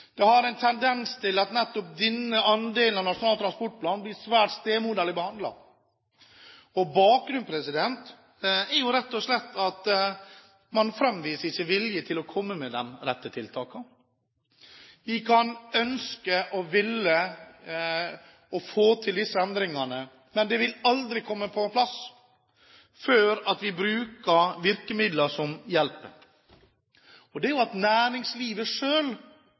Det er en tendens til at nettopp denne delen av Nasjonal transportplan blir svært stemoderlig behandlet, og bakgrunnen er jo rett og slett at man ikke viser noen vilje til å komme med de rette tiltakene. Vi kan ønske å – og ville – få til disse endringene, men de vil aldri komme på plass før vi bruker virkemidler som hjelper, og det er jo at næringslivet